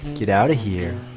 get outta here?